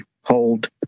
hold